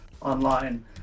online